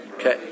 Okay